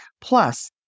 Plus